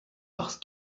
parce